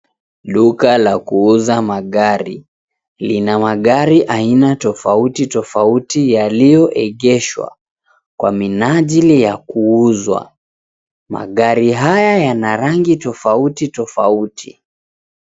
Duka la kuuza magari, lina magari aina tofauti tofauti yaliyoegeshwa, kwa minajili ya kuuzwa, magari haya yana rangi tofauti tofauti.